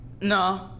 No